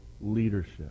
leadership